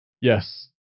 Yes